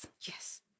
Yes